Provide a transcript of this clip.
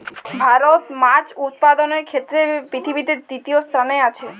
ভারত মাছ উৎপাদনের ক্ষেত্রে পৃথিবীতে তৃতীয় স্থানে আছে